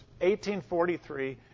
1843